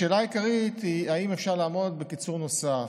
השאלה העיקרית היא אם אפשר לעמוד בקיצור נוסף.